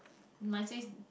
mine says